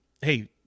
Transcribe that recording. hey